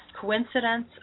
coincidence